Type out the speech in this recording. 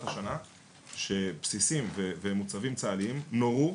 השנה שבה בסיסים ומוצבים צה"ליים נורו